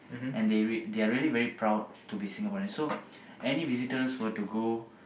and they read they are really proud to be Singaporeans so any visitors were to go